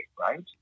right